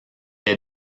est